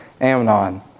Amnon